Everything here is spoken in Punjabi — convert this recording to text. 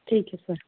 ਠੀਕ ਹੈ ਸਰ